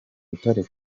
bitare